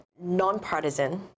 nonpartisan